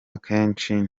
kenshi